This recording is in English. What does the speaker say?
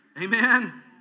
Amen